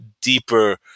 deeper